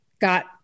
got